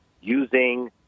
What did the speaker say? using